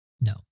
No